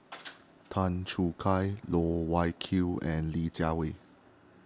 Tan Choo Kai Loh Wai Kiew and Li Jiawei